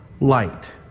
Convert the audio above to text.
light